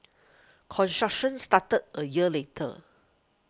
construction started a year later